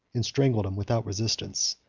and strangled him without resistance.